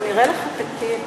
זה נראה לך תקין,